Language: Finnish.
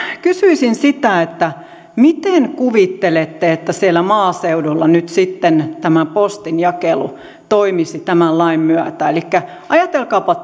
kysyisin sitä miten kuvittelette että siellä maaseudulla nyt postinjakelu toimisi tämän lain myötä ajatelkaapa